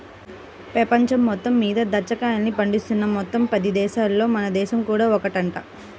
పెపంచం మొత్తం మీద దాచ్చా కాయల్ని పండిస్తున్న మొత్తం పది దేశాలల్లో మన దేశం కూడా ఒకటంట